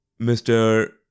Mr